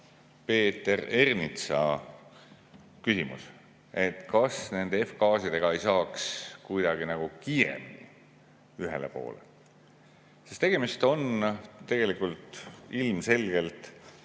Peeter Ernitsa küsimus, et kas nende F-gaasidega ei saaks kuidagi nagu kiiremini ühele poole. Sest tegemist on ilmselgelt